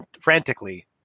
frantically